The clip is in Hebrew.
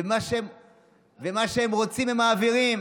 ומה שהם רוצים, הם מעבירים.